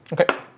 Okay